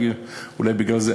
ואולי בגלל זה,